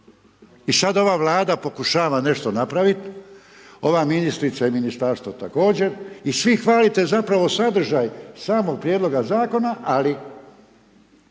I sada ova Vlada pokušava nešto napraviti, ova ministrica i Ministarstvo također i svi hvalite zapravo sadržaj samog prijedlog Zakona, ali